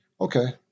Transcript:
okay